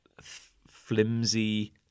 flimsy